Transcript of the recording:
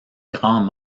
grands